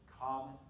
common